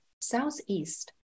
southeast